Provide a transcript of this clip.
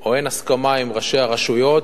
או אין הסכמה עם ראשי הרשויות.